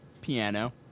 piano